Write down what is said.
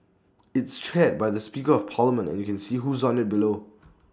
it's chaired by the speaker of parliament and you can see who's on IT below